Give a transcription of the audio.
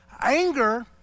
Anger